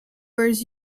wears